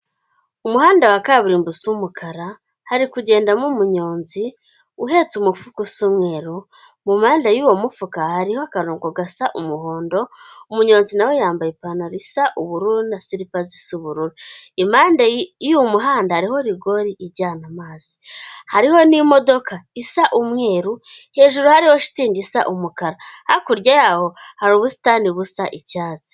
Umuhanda wa kaburimbo usa umukara, hari kugendamo umunyonzi uhetse umufuka w'umweru, mu mpande y'uwo mufuka hariho akarongo gasa umuhondo, umunyonzi nawe yambaye ipantaro isa ubururu na siripa zisa ubururu. Impande y'uwo muhanda hariho rigori ijyana amazi. Hariho n'imodoka isa umweru, hejuru hariho shitingi isa umukara, hakurya yaho hari ubusitani busa icyatsi.